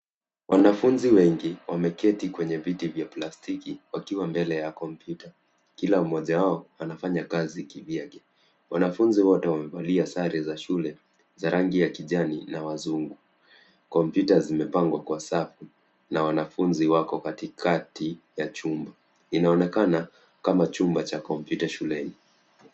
Wanafunzi wengi wameketi kwenye viti vya plastiki wakiwa mbele ya kompyuta .Kila mmoja wao anafanya kazi kivyake. Wanafunzi wote wamevalia sare za shule za rangi ya kijani na wazungu. Kompyuta zimepangwa kwa safu na wanafunzi wako katikati ya chumba. Inaonekana kama chumba cha kompyuta shuleni.